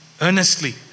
earnestly